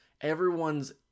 Everyone's